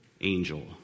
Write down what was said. angel